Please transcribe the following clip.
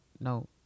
no